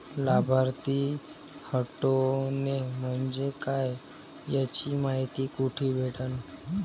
लाभार्थी हटोने म्हंजे काय याची मायती कुठी भेटन?